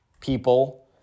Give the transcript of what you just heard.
people